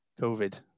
COVID